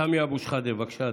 סמי אבו שחאדה, בבקשה,